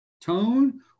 tone